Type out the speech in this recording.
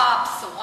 או הבשורה.